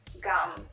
gum